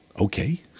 okay